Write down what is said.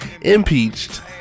impeached